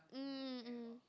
mm mm mm